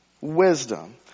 wisdom